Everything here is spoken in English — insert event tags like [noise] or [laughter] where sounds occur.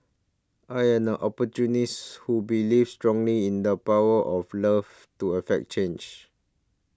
I'm an [unintelligible] who believes strongly in the power of love to effect change